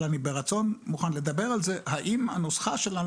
אבל אני ברצון מוכן לדבר על זה: האם הנוסחה שלנו